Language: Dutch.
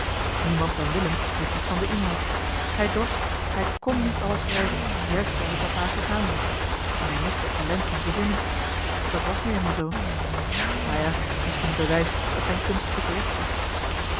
niemand dan willem wist iets van den inhoud hij dorst hij kon niet alles schrijven juist zooals het papa gegaan was en hij miste talent van verzinnen dat was nu eenmaal zoo nou ja misschien een bewijs dat zijn kunst oprecht was